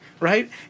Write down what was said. Right